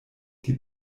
die